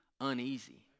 uneasy